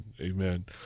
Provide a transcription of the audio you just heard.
Amen